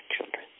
children